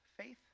faith